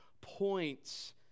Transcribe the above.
points